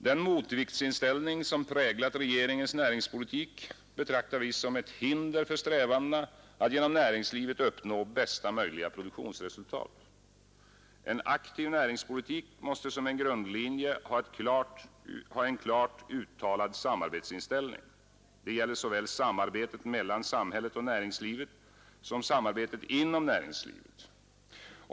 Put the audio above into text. Den motviktsinställning som präglat regeringens näringspolitik betraktar vi som ett hinder för strävandena att genom näringslivet uppnå bästa möjliga produktionsresultat. En aktiv näringspolitik måste som en grundlinje ha en klart uttalad samarbetsinställning. Detta gäller såväl samarbetet mellan samhället och näringslivet som samarbetet inom näringslivet.